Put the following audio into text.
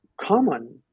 common